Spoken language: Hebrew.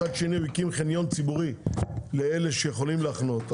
מצד שני הוא הקים חניון ציבורי לאלה שיכולים לחנות,